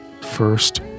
First